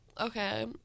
Okay